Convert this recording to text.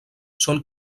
són